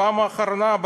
בפעם האחרונה,